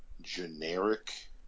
generic